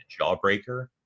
Jawbreaker